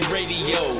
Radio